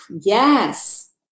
yes